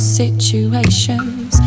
situations